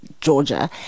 georgia